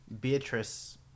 Beatrice